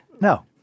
No